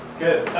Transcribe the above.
good.